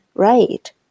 right